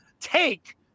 take